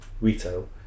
retail